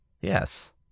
Yes